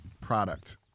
product